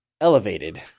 Elevated